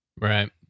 Right